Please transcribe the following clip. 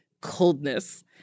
coldness